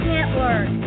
Network